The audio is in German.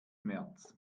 märz